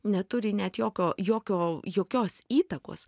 neturi net jokio jokio jokios įtakos